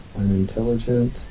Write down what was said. unintelligent